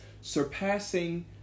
surpassing